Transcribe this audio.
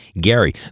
Gary